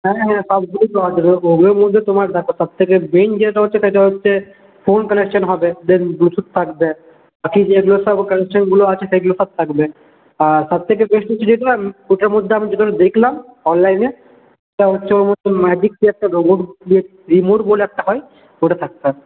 হ্যাঁ হ্যাঁ তোমার দেখো সবথেকে সেটা হচ্ছে ফোন কানেকশন হবে দেন ব্লুটুথ থাকবে বাকি যেগুলো সব কানেকশনগুলো আছে সেইগুলো সব থাকবে আর সবথেকে বেস্ট হচ্ছে যেগুলো ওইটার মধ্যে আমি যেগুলো দেখলাম অনলাইনে সেটা হচ্ছে ওর মধ্যে ম্যাজিক কি একটা রোবট বলে রিমোট বলে একটা হয় ওটা থাকতে হবে